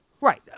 right